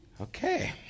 Okay